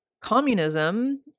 Communism